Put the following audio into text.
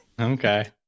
Okay